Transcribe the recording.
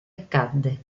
accadde